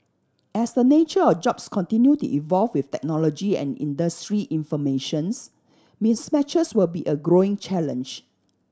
as the nature of jobs continue to evolve with technology and industry information's mismatches will be a growing challenge